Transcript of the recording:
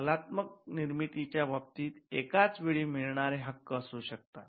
कलात्मक निर्मितीच्या बाबतीत एकाच वेळी मिळणारे हक्क असू शकतात